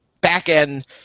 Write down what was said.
back-end